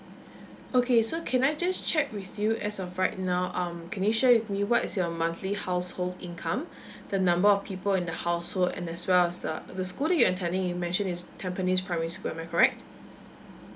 okay so can I just check with you as of right now um can you share with me what is your monthly household income the number of people in the household and as well as the the school that you are intending you mention is tampines primary school am I correct